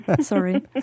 Sorry